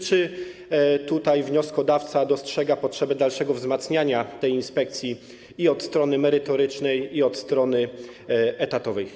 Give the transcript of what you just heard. Czy wnioskodawca dostrzega potrzebę dalszego wzmacniania tej inspekcji i od strony merytorycznej, i od strony etatowej?